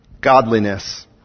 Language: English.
Godliness